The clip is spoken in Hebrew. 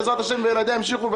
ובעזרת השם ילדיי ימשיכו,